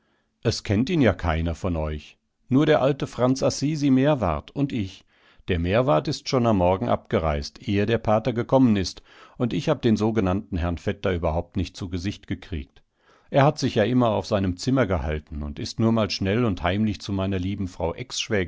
es kennt ihn ja keiner von euch nur der alte franz assisi meerwarth und ich der meerwarth ist schon am morgen abgereist ehe der pater gekommen ist und ich habe den sogenannten herrn vetter überhaupt nicht zu gesicht gekriegt er hat sich ja immer auf seinem zimmer gehalten und ist nur mal schnell und heimlich zu meiner lieben frau